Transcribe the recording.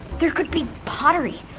there could be pottery,